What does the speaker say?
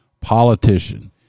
politician